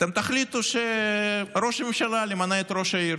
אתם תחליטו שראש הממשלה ימנה את ראש העירייה.